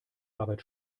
arbeit